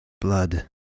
Blood